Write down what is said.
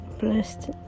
blessed